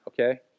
okay